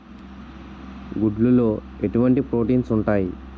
గుడ్లు లో ఎటువంటి ప్రోటీన్స్ ఉంటాయి?